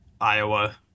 Iowa